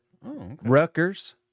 Rutgers